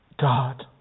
God